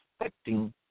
expecting